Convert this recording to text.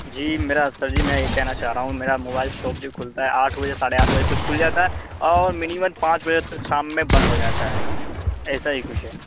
جی میرا سر جی میں یہ کہنا چاہ رہا ہوں میرا موبائل شاپ جو کھلتا ہے آٹھ بجے ساڑھے آٹھ بجے تک کھل جاتا ہے اور منیمن پانچ بجے تک شام میں بند ہو جاتا ہے ایسا ہی کچھ ہے